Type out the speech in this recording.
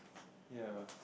ya